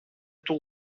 του